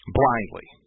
blindly